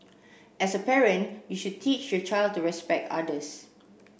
as a parent you should teach your child to respect others